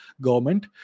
government